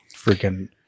freaking